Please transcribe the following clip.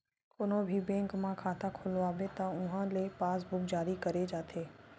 कोनो भी बेंक म खाता खोलवाबे त उहां ले पासबूक जारी करे जाथे